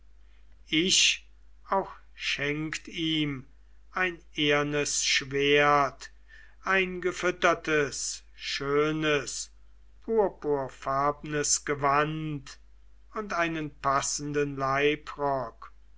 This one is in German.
ich auch schenkt ihm ein ehernes schwert ein gefüttertes schönes purpurfarbnes gewand und einen passenden leibrock